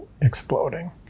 exploding